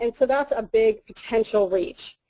and so that's a big potential reach.